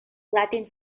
latin